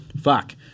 Fuck